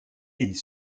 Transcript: est